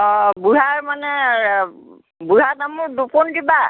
অঁ বুঢ়াৰ মানে বুঢ়া তামোল দুপোণ দিবা